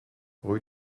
rue